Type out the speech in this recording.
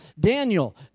Daniel